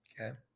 okay